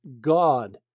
God